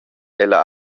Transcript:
ella